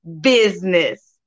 business